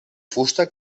fusta